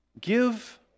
give